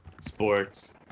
Sports